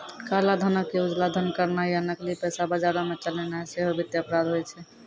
काला धनो के उजला धन करनाय या नकली पैसा बजारो मे चलैनाय सेहो वित्तीय अपराध होय छै